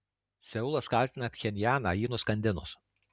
seulas kaltina pchenjaną jį nuskandinus